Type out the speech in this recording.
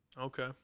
Okay